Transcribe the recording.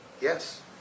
Yes